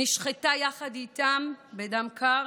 נשחטה יחד איתם בדם קר